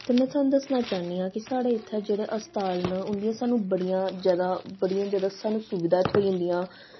ते में थोआनू दस्सना चाह्न्नी आं कि साढ़े इत्थें जेह्ड़े अस्पताल न उंदियां सानूं बड़ियां जादा सानूं सुविधां थ्होई जंदियां